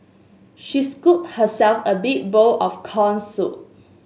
she scooped herself a big bowl of corn soup